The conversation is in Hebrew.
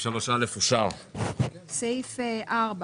הצבעה סעיף 19 אושר סעיף 19 אושר.